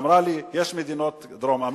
אמרה לי: יש מדינות דרום-אמריקה,